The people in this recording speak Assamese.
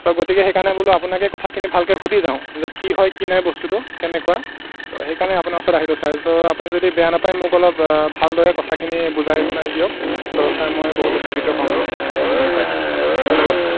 চ' গতিকে সেইকাৰণে বোলো আপোনাকে কথাখিনি ভালকৈ সুধি যাওঁ যে কি হয় কি নাই বস্তুটো কেনেকুৱা তো সেইকাৰণে আপোনাৰ ওচৰত আহিলোঁ ছাৰ চ' আপুনি যদি বেয়া নাপায় মোক অলপ ভালদৰে কথাখিনি বুজাই শুনাই দিয়ক তো ছাৰ মই বহুত উপকৃত হ'ম কথাখিনি গম পায় ধন্যবাদ ছাৰ